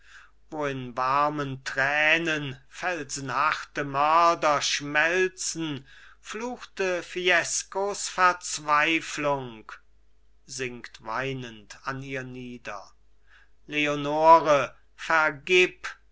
wo in warme tränen felsenharte mörder schmelzen fluchte fiescos verzweiflung sinkt weinend an ihr nieder leonore vergib